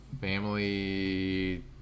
family